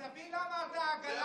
תבין למה העגלה ריקה.